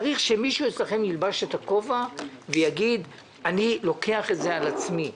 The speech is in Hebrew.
צריך שמישהו אצלכם ילבש את הכובע ויגיד: אני לוקח את זה על עצמי.